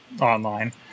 online